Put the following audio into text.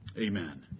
amen